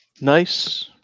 Nice